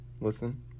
listen